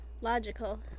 Logical